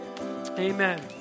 Amen